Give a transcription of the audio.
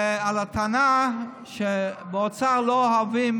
על הטענה שבאוצר לא אוהבים